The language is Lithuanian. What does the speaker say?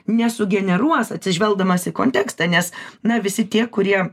nesugeneruos atsižvelgdamas į kontekstą nes na visi tie kurie